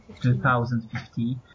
2050